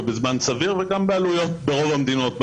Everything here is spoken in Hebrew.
בזמן סביר וגם בעלויות סבירות ברוב המדינות.